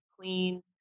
clean